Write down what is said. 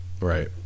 Right